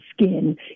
skin